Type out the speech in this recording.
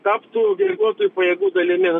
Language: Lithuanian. taptų ginkluotųjų pajėgų dalimi